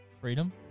Freedom